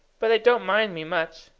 but they don't mind me much.